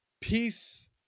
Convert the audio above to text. peace